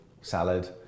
salad